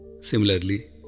Similarly